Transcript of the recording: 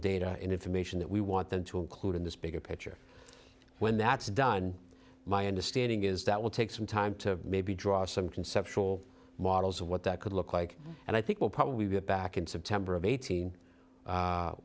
data and information that we want them to include in this bigger picture when that's done my understanding is that will take some time to maybe draw some conceptual models of what that could look like and i think we'll probably get back in september of eighteen a